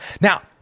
Now